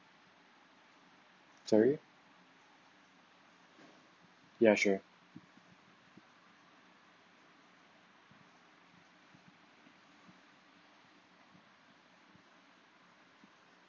sorry ya sure